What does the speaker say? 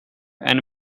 and